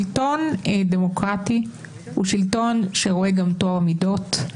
שלטון דמוקרטי הוא שלטון שרואה גם טוהר מידות,